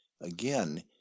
again